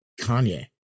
Kanye